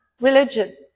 religion